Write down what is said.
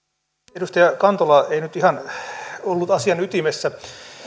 edustaja kantola ei nyt ihan ollut asian ytimessä